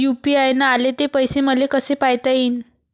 UPI न आले ते पैसे मले कसे पायता येईन?